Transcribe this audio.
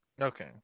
Okay